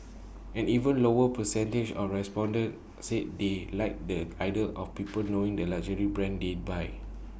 an even lower percentage of respondents said they like the idea of people knowing the luxury brands they buy